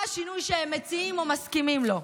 מה השינוי שהם מציעים או מסכימים לו?